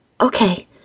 Okay